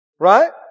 Right